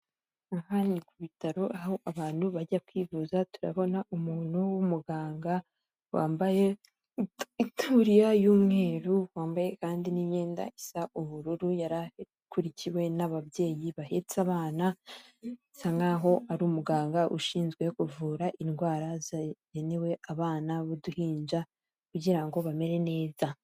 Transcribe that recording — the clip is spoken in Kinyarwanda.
Aha ni ku bitaro aho abantu bajya kwivuza turabona umuntu w'umuganga wambaye ifuriya y'umweru wambaye kandi n'imyenda isa ubururu yarakurikiwe n'ababyeyi bahetse abana bisa nk'aho ari umuganga ushinzwe kuvura indwara zagenewe abana b'uduhinja kugira ngo ngo bamere neza.